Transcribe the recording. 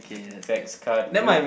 next card would